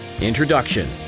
Introduction